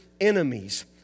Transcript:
enemies